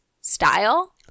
style